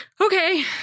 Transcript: Okay